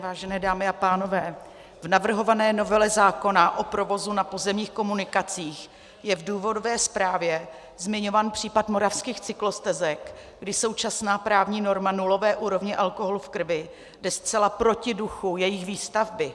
Vážené dámy a pánové, v navrhované novele zákona o provozu na pozemních komunikacích je v důvodové zprávě zmiňován případ moravských cyklostezek, když současná právní norma nulové úrovně alkoholu v krvi jde zcela proti duchu jejich výstavby.